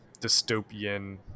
dystopian